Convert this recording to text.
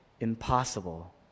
impossible